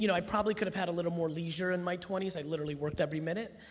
you know i probably could've had a little more leisure in my twenty s. i literally worked every minute.